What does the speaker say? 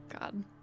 God